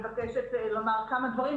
מבקשת לומר כמה דברים.